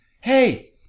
Hey